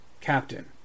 captain